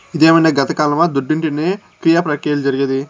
ఇదేమైన గతకాలమా దుడ్డుంటేనే క్రియ ప్రక్రియలు జరిగేది